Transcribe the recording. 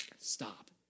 stop